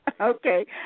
Okay